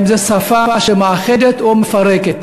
האם זו שפה שמאחדת או מפרקת.